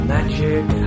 Magic